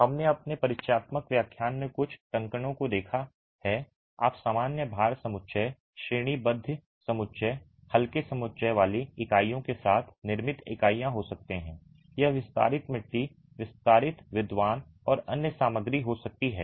हमने अपने परिचयात्मक व्याख्यान में कुछ टंकणों को देखा है आप सामान्य भार समुच्चय श्रेणीबद्ध समुच्चय हल्के समुच्चय वाली इकाइयाँ के साथ निर्मित इकाइयाँ हो सकते हैं यह विस्तारित मिट्टी विस्तारित विद्वान और अन्य सामग्री हो सकती है